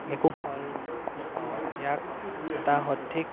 একো ফল নেপাওঁ ইয়াক এটা সঠিক